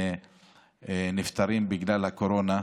נפטרים בגלל הקורונה.